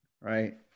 right